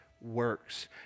works